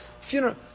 funeral